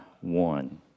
one